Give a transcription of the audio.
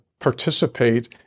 participate